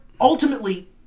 ultimately